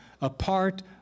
apart